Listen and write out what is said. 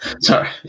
Sorry